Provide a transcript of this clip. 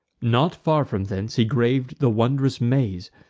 not far from thence he grav'd the wondrous maze,